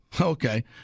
Okay